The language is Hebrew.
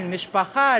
על המשפחה,